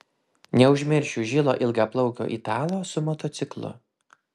neužmiršiu žilo ilgaplaukio italo su motociklu